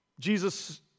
Jesus